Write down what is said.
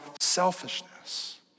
selfishness